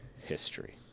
history